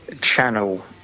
channel